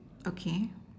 okay